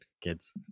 kids